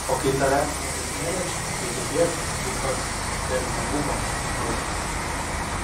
o kai tavęs niekas neliečia tai tupėk kaip pas belzebubą ant krosnies